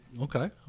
Okay